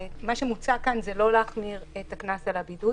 מוצע כאן לא להחמיר את הקנס על הבידוד,